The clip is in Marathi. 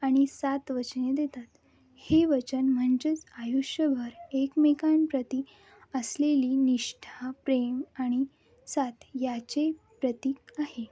आणि सात वचने देतात हे वचन म्हणजेच आयुष्यभर एकमेकांप्रति असलेली निष्ठा प्रेम आणि सात याचे प्रतिक आहे